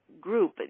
group